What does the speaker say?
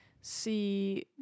See